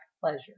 pleasure